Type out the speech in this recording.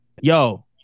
Yo